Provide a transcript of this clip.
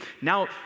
Now